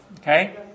Okay